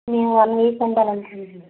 నేను one week ఉండాలనుకుంటున్నాను